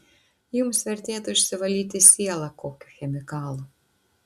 jums vertėtų išsivalyti sielą kokiu chemikalu